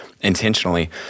intentionally